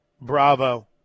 bravo